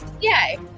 Yay